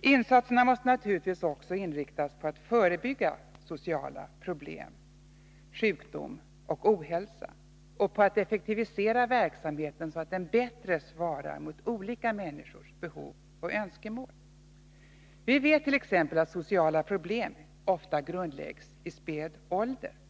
Insatserna måste naturligtvis också inriktas på att förebygga sociala problem, sjukdom och ohälsa och på att effektivisera verksamheten så att den bättre svarar mot olika människors behov och önskemål. Vi vett.ex. att sociala problem ofta grundläggs i späd ålder.